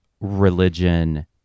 religion